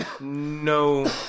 No